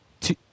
two